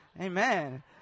Amen